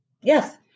Yes